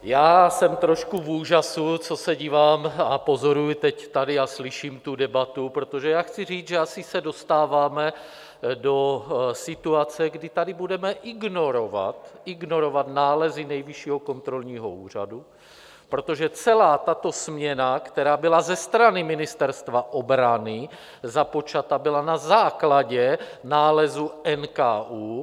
Já jsem trošku v úžasu, co se dívám a pozoruji teď tady a slyším tu debatu, protože chci říct, že asi se dostáváme do situace, kdy tady budeme ignorovat nálezy Nejvyššího kontrolního úřadu, protože celá tato směna, která byla ze strany Ministerstva obrany započata, byla na základě nálezu NKÚ.